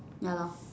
ya lor